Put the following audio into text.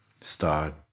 start